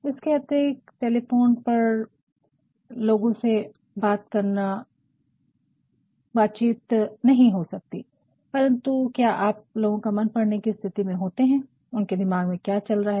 इसके अतिरिक्त टेलीफ़ोन पर लोगों से बातचीत नहीं कर सकते हैं परंतु क्या आप लोगों का मन पढ़ने की स्थिति में होते हैं कि उनके दिमाग में क्या चल रहा है